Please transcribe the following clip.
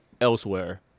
elsewhere